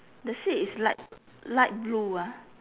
the seat is light light blue ah